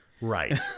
Right